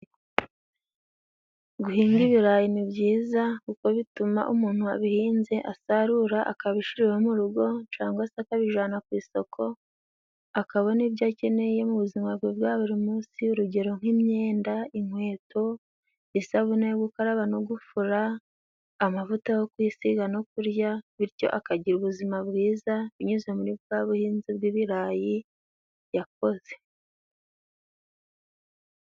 Guhinga ibirayi ni byiza kuko bituma umuntu wabihinze asarura akabishira iwe mu rugo cangwa se akabijana ku isoko akabona ibyo akeneye mu buzima bwe bwaburi munsi urugero nk'imyenda, inkweto, isabune yo gukaraba no gufura, amavuta yo kwisiga no kurya bityo akagira ubuzima bwiza binyuze muri bwa buhinzi bw'ibirayi yakoze.